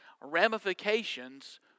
ramifications